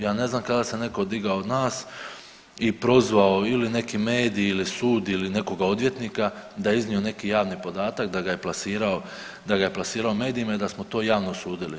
Ja ne znam kada se netko digao od nas i prozvao ili neki medij ili sud ili nekoga odvjetnika da je iznio neki javni podatak, da ga je plasirao, da ga je plasirao medijima i da smo to javno osudili.